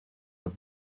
the